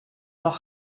nach